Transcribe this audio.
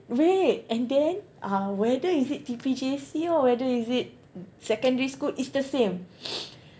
wait and then ah whether is it T_P_J_C or whether is it secondary school it's the same